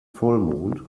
vollmond